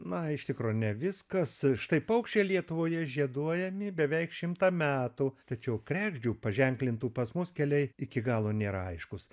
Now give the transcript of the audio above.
na iš tikro ne viskas štai paukščiai lietuvoje žieduojami beveik šimtą metų tačiau kregždžių paženklintų pas mus keliai iki galo nėra aiškūs